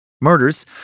murders